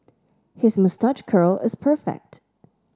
his moustache curl is perfect